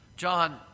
John